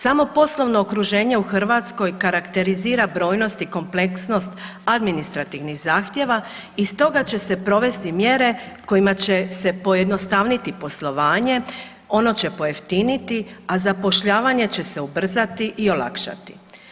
Samo poslovno okruženje u Hrvatskoj karakterizira brojnost i kompleksnost administrativnih zahtjeva i stoga će se provesti mjere kojima će se pojednostaviti poslovanje, ono će pojeftiniti, a zapošljavanje će se ubrzati i olakšati.